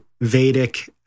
vedic